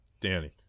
Danny